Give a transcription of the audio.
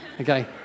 okay